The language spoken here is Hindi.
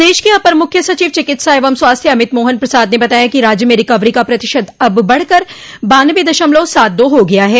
प्रदेश के अपर मूख्य सचिव चिकित्सा एवं स्वास्थ्य अमित मोहन प्रसाद ने बताया कि राज्य में रिकवरी का प्रतिशत अब बढ़कर बान्नबे दशमलव सात दो हो गया है